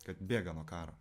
kad bėga nuo karo